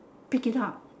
pick it up